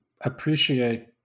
appreciate